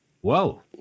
whoa